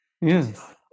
Yes